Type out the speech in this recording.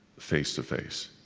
face to face.